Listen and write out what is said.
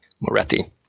Moretti